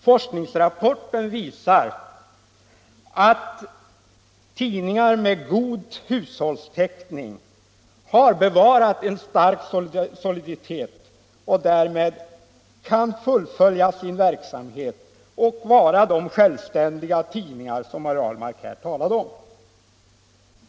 Forskningsrapporten visar att tidningar med god hushållstäckning har bevarat en stark soliditet och därmed kan fullfölja sin verksamhet och vara de självständiga tidningar som herr Ahlmark här talade om.